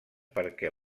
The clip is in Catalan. perquè